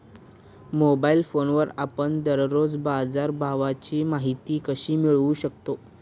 Mobile फोनवर आपण दररोज बाजारभावाची माहिती कशी मिळवू शकतो?